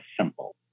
simple